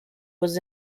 was